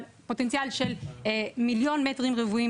אבל פוטנציאל של מיליון מטרים רבועים